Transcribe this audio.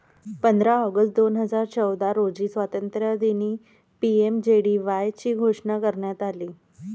पंधरा ऑगस्ट दोन हजार चौदा रोजी स्वातंत्र्यदिनी पी.एम.जे.डी.वाय ची घोषणा करण्यात आली